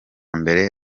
mbere